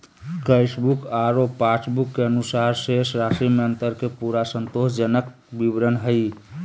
cashbook आरो pass book के अनुसार शेष राशि में अंतर के पूरा संतोषजनक विवरण हइ